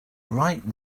right